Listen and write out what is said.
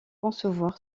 concevoir